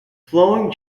flowing